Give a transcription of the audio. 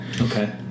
Okay